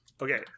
Okay